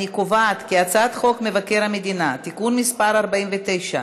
אני קובעת כי הצעת חוק מבקר המדינה (תיקון מס' 49),